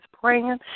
praying